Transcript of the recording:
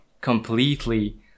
completely